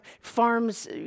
farms